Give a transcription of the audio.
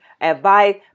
advice